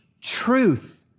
truth